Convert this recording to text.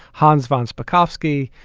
hans von spakovsky,